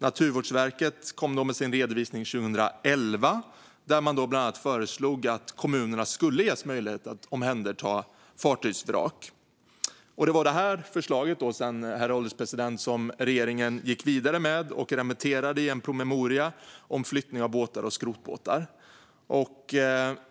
Naturvårdsverket kom med sin redovisning 2011, där man bland annat föreslog att kommunerna skulle ges möjlighet att omhänderta fartygsvrak, och det var detta förslag som regeringen sedan gick vidare med och remitterade i en promemoria om flyttning av båtar och skrotbåtar.